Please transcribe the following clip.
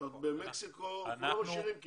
במקסיקו כולם עשירים.